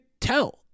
tell